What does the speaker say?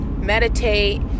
meditate